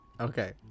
Okay